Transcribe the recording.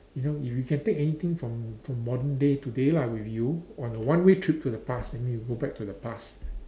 you know if you can take anything from from modern day to today lah with you on a one way trip to the past and then you go back to the past